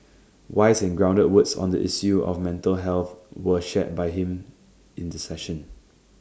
wise and grounded words on the issue of mental health were shared by him in the session